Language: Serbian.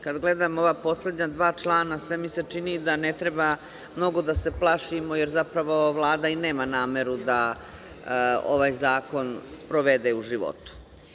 Kada gledam ova poslednja dva člana, čini mi se da ne treba mnogo da se plašimo, jer zapravo Vlada i nema nameru da ovaj zakon sprovede u životu.